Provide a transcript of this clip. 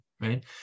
right